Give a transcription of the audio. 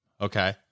Okay